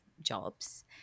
jobs